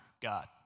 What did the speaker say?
God